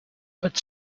but